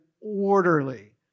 orderly